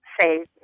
say